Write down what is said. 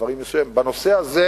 דברים מסוימים, בנושא הזה